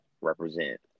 represent